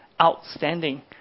outstanding